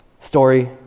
story